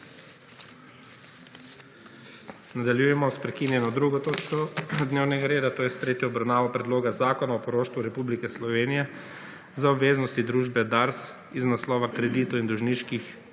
Nadaljujemo s prekinjeno 2. točko dnevnega reda – to je s tretjo obravnavo predloga zakona o poroštvu republike Slovenije za obveznosti družbe Dars, d.d., iz naslova kreditov in dolžniških